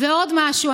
ועוד משהו.